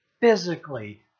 physically